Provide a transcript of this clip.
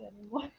anymore